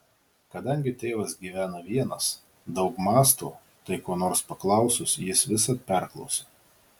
kadangi tėvas gyvena vienas daug mąsto tai ko nors paklausus jis visad perklausia